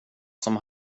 som